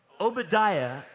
Obadiah